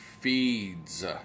feeds